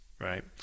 right